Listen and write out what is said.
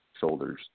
shoulders